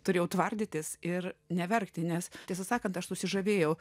turėjau tvardytis ir neverkti nes tiesą sakant aš susižavėjau